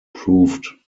proved